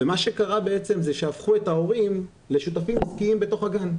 מה שקרה הוא שהפכו את ההורים לשותפים עסקיים בתוך הגן.